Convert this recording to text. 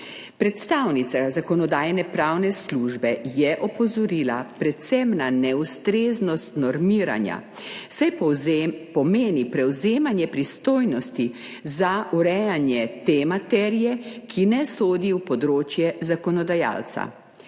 Predstavnica Zakonodajno-pravne službe je opozorila predvsem na neustreznost normiranja, saj pomeni prevzemanje pristojnosti za urejanje te materije, ki ne sodi v področje zakonodajalca.